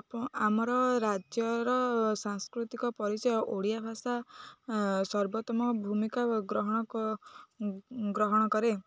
ଆପ ଆମର ରାଜ୍ୟର ସାଂସ୍କୃତିକ ପରିଚୟ ଓଡ଼ିଆ ଭାଷା ସର୍ବୋତ୍ତମ ଭୂମିକା ଗ୍ରହଣ ଗ୍ରହଣ କରେ